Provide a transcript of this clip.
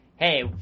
hey